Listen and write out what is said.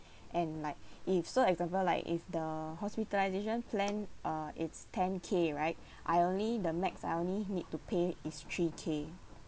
and like if so example like if the hospitalisation plan uh is ten K right I only the max I only need to pay is three K